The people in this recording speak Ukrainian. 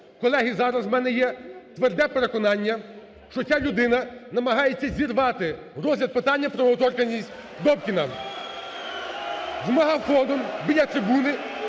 Колеги, зараз у мене є тверде переконання, що ця людина намагається зірвати розгляд питання про недоторканність Добкіна. (Шум у залі) З мегафоном біля трибуни